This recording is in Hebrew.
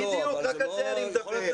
בדיוק, רק על זה אני מדבר.